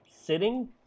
sitting